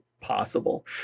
possible